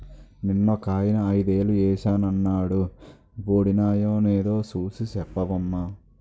నిన్నొకాయన ఐదేలు ఏశానన్నాడు వొడినాయో నేదో సూసి సెప్పవమ్మా